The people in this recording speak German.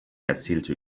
erzielte